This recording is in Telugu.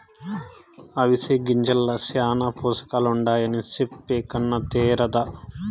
అవిసె గింజల్ల శానా పోసకాలుండాయని చెప్పే కన్నా తేరాదా